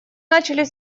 начинали